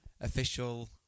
official